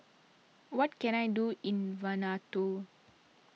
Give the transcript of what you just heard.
what can I do in Vanuatu